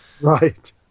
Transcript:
right